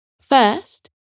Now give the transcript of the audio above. First